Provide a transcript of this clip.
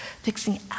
fixing